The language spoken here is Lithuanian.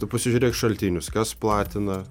tu pasižiūrėk šaltinius kas platina